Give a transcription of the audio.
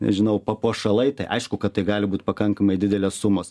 nežinau papuošalai tai aišku kad tai gali būt pakankamai didelės sumos